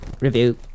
Review